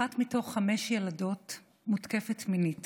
אחת מתוך חמש ילדות מותקפת מינית